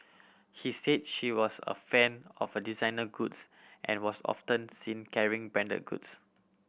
he say she was a fan of a designer goods and was often seen carrying branded goods